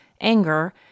anger